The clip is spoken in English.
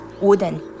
wooden